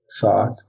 thought